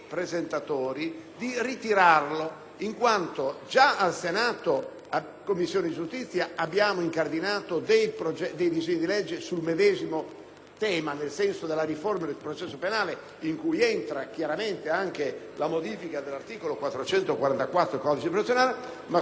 Commissione giustizia, abbiamo incardinato dei disegni di legge sul medesimo tema, nel senso della riforma del processo penale, in cui rientra chiaramente la modifica dell'articolo 444 del codice di procedura penale, ma soprattutto in attesa della già annunciata presentazione da parte del Governo,